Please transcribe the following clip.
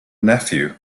nephew